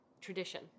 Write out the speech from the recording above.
tradition